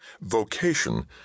vocation